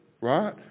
right